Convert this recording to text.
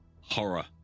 Horror